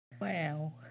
Wow